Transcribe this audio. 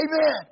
Amen